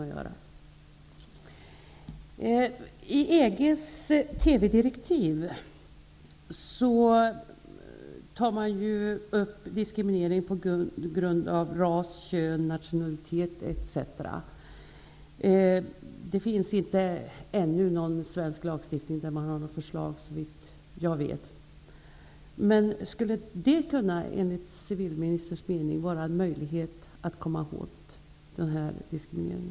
I EG:s TV-direktiv behandlas diskriminering på grund av ras, kön, nationalitet etc. Det finns såvitt jag vet ännu inte förslag till någon svensk lagstiftning av motsvarande slag. Skulle det enligt civilministerns mening kunna vara en möjlighet att komma åt denna diskriminering?